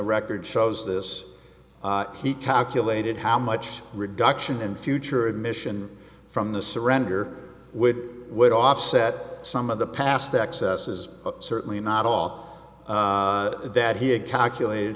record shows this he calculated how much reduction in future admission from the surrender would would offset some of the past excesses certainly not all that he had calculated